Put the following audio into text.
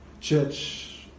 church